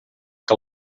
que